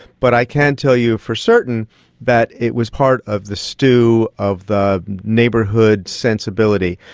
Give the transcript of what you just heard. but i can tell you for certain that it was part of the stew of the neighbourhood sensibility.